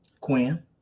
Quinn